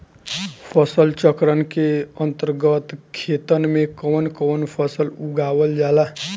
फसल चक्रण के अंतर्गत खेतन में कवन कवन फसल उगावल जाला?